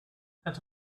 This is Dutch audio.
het